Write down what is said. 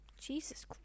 Jesus